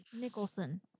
Nicholson